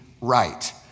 right